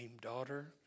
daughter